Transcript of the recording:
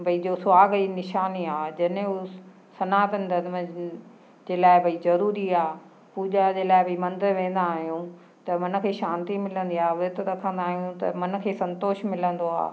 भई जो सुहाग जी निशानी आहे जनेऊं सनातन धर्म जे जे लाइ भई ज़रूरी आहे पूॼा जे लाइ बि मंदरु वेंदा आहियूं त मन खे शांती मिलंदी आहे विर्त रखंदा आहियूं त मन खे संतोष मिलंदो आहे